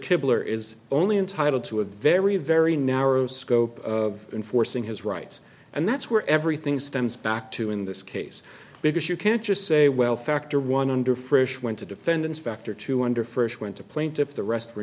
kibler is only entitled to a very very narrow scope of enforcing his rights and that's where everything stems back to in this case because you can't just say well factor one under frisch went to defend inspector two under first went to plaintiffs the rest were